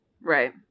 Right